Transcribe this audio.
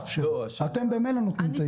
אתם ממילא נותנים היתרים.